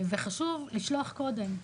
וחשוב לשלוח אותה קודם.